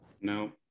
No